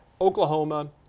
oklahoma